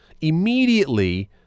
immediately